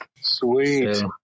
Sweet